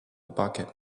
bucket